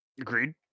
Agreed